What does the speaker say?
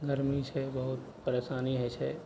गर्मीसँ बहुत परेशानी होइ छै